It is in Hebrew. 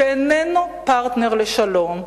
שאיננו פרטנר לשלום,